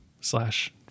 slash